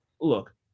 Look